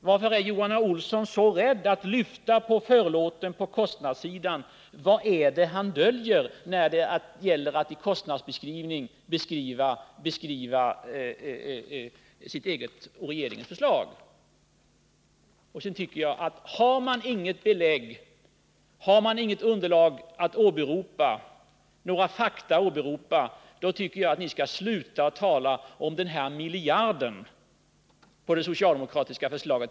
Varför är Johan Olsson så rädd för att lyfta på förlåten på kostnadssidan? Vad är det han döljer i kostnadsbeskrivningen av sitt eget och regeringens förslag? Dessutom: Har ni inget underlag att åberopa, så tycker jag att ni skall sluta upp med att tala om den här miljarden för det socialdemokratiska förslaget.